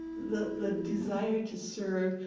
the the desire to serve,